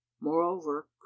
moreover